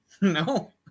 No